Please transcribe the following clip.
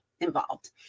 involved